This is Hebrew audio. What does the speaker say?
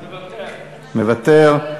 מוותר.